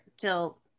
till